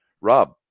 Rob